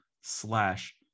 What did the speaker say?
slash